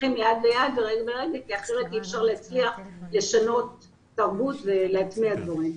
הולכים יד ביד כי אחרת אי אפשר להצליח לשנות תרבות ולהטמיע דברים.